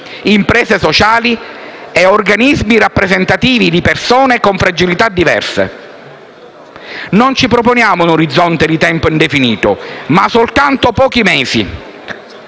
imprese sociali e organismi rappresentativi di persone con fragilità diverse. Ci proponiamo non un orizzonte di tempo indefinito, ma soltanto pochi mesi